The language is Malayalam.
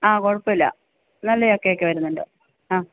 ആ കുഴപ്പമില്ല നല്ല ചക്കയൊക്കെ വരുന്നുണ്ട് ആ